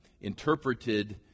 interpreted